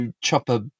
chopper